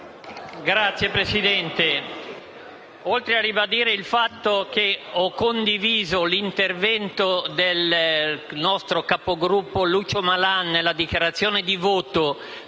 Signora Presidente, ribadisco che ho condiviso l'intervento del nostro capogruppo Lucio Malan nella dichiarazione di voto